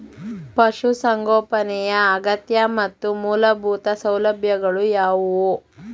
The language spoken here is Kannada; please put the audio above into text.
ಪಶುಸಂಗೋಪನೆಯ ಅಗತ್ಯ ಮತ್ತು ಮೂಲಭೂತ ಸೌಲಭ್ಯಗಳು ಯಾವುವು?